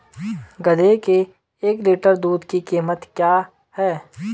गधे के एक लीटर दूध की कीमत क्या है?